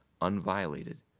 unviolated